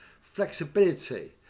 flexibility